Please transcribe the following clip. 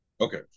okay